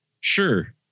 sure